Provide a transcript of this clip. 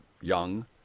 young